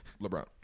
LeBron